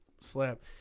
slap